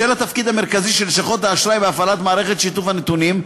בשל התפקיד המרכזי של לשכות האשראי בהפעלת מערכת שיתוף הנתונים,